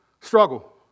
struggle